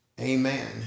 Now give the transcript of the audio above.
Amen